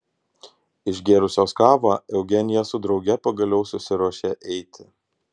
išgėrusios kavą eugenija su drauge pagaliau susiruošė eiti